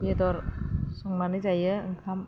बेदर संनानै जायो ओंखाम